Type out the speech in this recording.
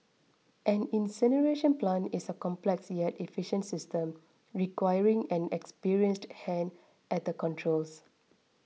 an incineration plant is a complex yet efficient system requiring an experienced hand at the controls